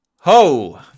Ho